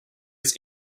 its